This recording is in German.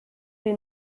wir